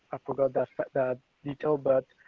i forgot that but that detail, but